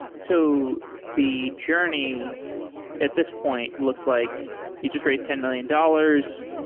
so the journey at this point looks like you just raised ten million dollars.